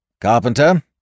Carpenter